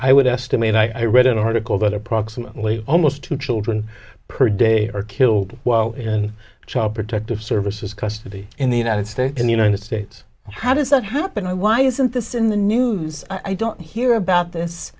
i would estimate i read an article that approximately almost two children per day are killed while in child protective services custody in the united states in the united states how does that happen i why isn't this in the news i don't hear about this